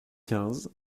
quinze